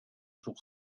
pour